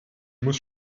muss